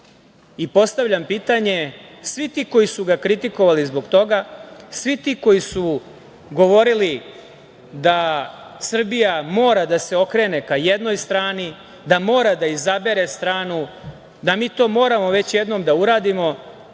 i postavljam pitanje – svi ti koji su ga kritikovali zbog toga, svi ti koji su govorili da Srbija mora da se okrene ka jednoj strani, da mora da izabere stranu, da mi to moramo već jednom da uradimo,